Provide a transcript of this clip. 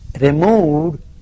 removed